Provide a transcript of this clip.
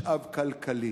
משאב כלכלי,